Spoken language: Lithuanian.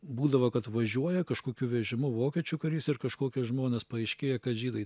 būdavo kad važiuoja kažkokiu vežimu vokiečių karys ir kažkokie žmonės paaiškėja kad žydai